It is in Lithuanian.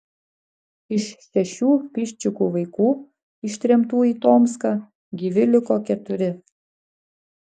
iš šešių piščikų vaikų ištremtų į tomską gyvi liko keturi